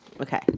Okay